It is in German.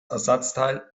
ersatzteil